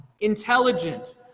intelligent